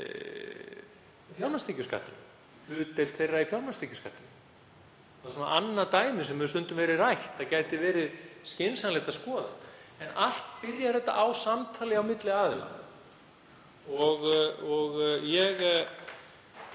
Það er annað dæmi sem hefur stundum verið rætt að gæti verið skynsamlegt að skoða. En allt byrjar þetta á samtali á milli aðila. Það